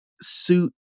suit